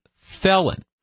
felon